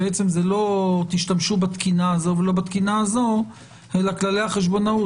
שלא תשתמשו בתקינה הזו ולא בזו אלא כללי החשבונאות